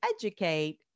educate